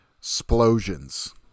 explosions